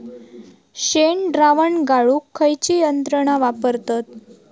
शेणद्रावण गाळूक खयची यंत्रणा वापरतत?